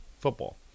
football